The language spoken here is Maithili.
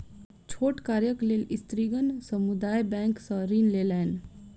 छोट कार्यक लेल स्त्रीगण समुदाय बैंक सॅ ऋण लेलैन